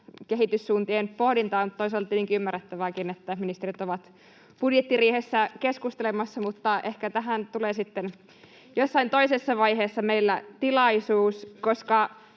kehityssuuntien pohdintaa. Mutta toisaalta tietenkin ymmärrettävääkin, että ministerit ovat budjettiriihessä keskustelemassa, mutta ehkä tähän tulee sitten jossain toisessa vaiheessa meillä tilaisuus, koska